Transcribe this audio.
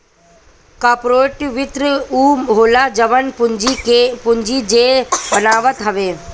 corporate वित्त उ होला जवन पूंजी जे बनावत हवे